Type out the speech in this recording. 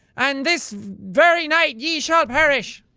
and this very night ye shall parish.